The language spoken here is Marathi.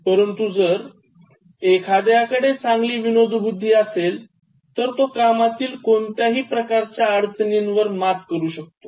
परंतु जर एखाद्याकडे चांगली विनोदबुद्धी असेल तर तो कामातील कोणत्याही प्रकारच्या अडचणींवर मात करू शकतो